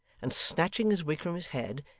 and snatching his wig from his head,